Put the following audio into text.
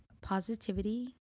positivity